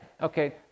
Okay